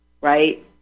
right